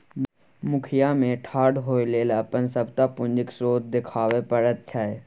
मुखिया मे ठाढ़ होए लेल अपन सभटा पूंजीक स्रोत देखाबै पड़ैत छै